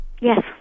Yes